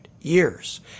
years